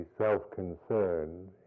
self-concerned